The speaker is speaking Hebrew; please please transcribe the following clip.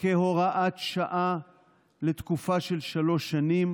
כהוראת שעה לתקופה של שלוש שנים,